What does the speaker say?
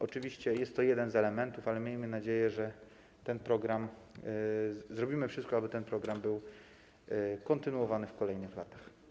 Oczywiście jest to jeden z elementów, ale miejmy nadzieję, że zrobimy wszystko, aby ten program był kontynuowany w kolejnych latach.